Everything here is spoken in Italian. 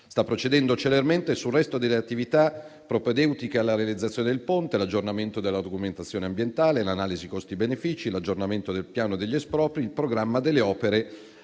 sta procedendo celermente sul resto delle attività propedeutiche alla realizzazione del Ponte, l'aggiornamento della documentazione ambientale, l'analisi costi-benefici, l'aggiornamento del piano degli espropri, il programma delle opere